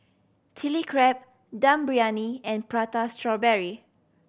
Chili Crab Dum Briyani and Prata Strawberry